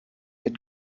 had